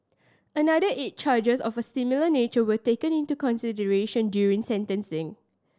another eight charges of a similar nature were taken into consideration during sentencing